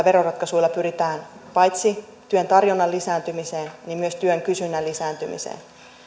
veroratkaisuilla pyritään paitsi työn tarjonnan lisääntymiseen myös työn kysynnän lisääntymiseen